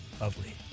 Lovely